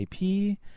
IP